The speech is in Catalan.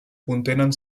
contenen